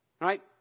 right